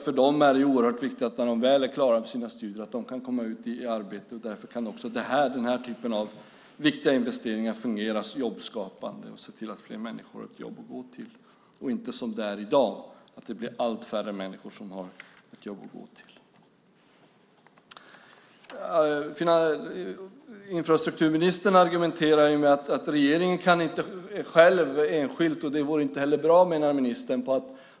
För dem är det oerhört viktigt att de, när de är klara med sina studier, kan komma ut i arbete. Den här typen av viktiga investeringar kan fungera jobbskapande, så att fler människor har ett jobb att gå till. I dag har allt färre människor ett jobb att gå till. Infrastrukturministern argumenterar att regeringen inte kan gå in i enskilda projekt och peka, och det vore inte heller bra, menar ministern.